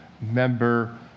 member